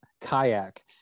kayak